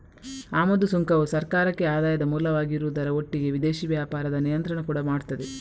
ಆಮದು ಸುಂಕವು ಸರ್ಕಾರಕ್ಕೆ ಆದಾಯದ ಮೂಲವಾಗಿರುವುದರ ಒಟ್ಟಿಗೆ ವಿದೇಶಿ ವ್ಯಾಪಾರದ ನಿಯಂತ್ರಣ ಕೂಡಾ ಮಾಡ್ತದೆ